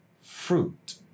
fruit